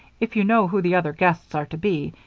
if you know who the other guests are to be,